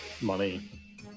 money